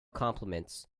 compliments